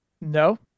No